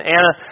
Anna